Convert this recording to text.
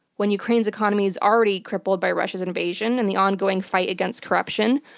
when ukraine's economy is already crippled by russia's invasion and the ongoing fight against corruption.